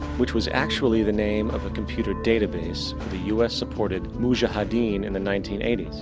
which was actually the name of a computer database of the u s supported mujahideen in the nineteen eighty